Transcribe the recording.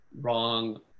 wrong